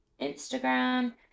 Instagram